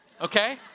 okay